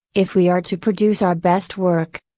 if we are to produce our best work.